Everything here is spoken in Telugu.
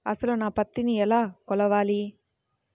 అసలు నా పత్తిని ఎలా కొలవాలి?